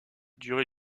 durée